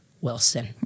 wilson